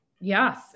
Yes